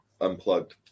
unplugged